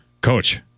coach